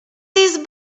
these